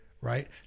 right